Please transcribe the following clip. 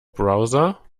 browser